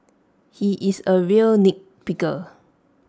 he is A real nitpicker